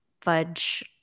fudge